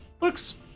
looks